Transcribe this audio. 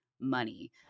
money